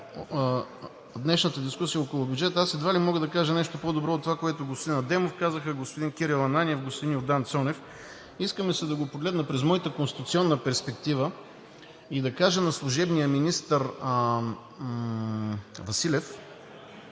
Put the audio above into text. днешната дискусия около бюджета едва ли мога да кажа нещо повече от това, което казаха господин Адемов, господин Кирил Ананиев, господин Йордан Цонев. Иска ми се да го погледна през моята конституционна перспектива и да кажа на служебния министър Василев,